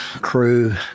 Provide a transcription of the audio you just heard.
crew